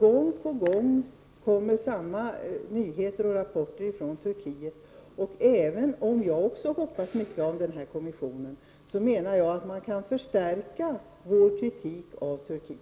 Gång på gång kommer alltså samma nyheter och rapporter från Turkiet. Även om jag också hoppas mycket på denna kommission, menar jag att Sveriges kritik av Turkiet kan förstärkas.